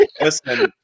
Listen